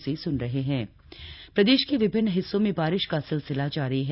मौसम प्रदेश के विभिन्न हिस्सों में बारिश का सिलसिला जारी है